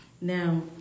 Now